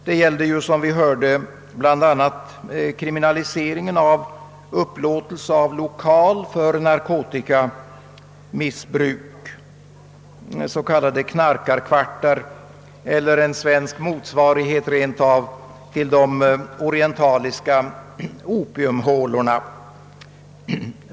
Det gällde ju, som vi hörde, bl.a. kriminaliseringen av upplåtelse av lokal för narkotikamissbruk, s.k. knarkarkvartar, eller rent av en svensk motsvarighet till de orientaliska opiumhålorna.